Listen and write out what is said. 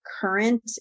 current